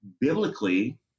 biblically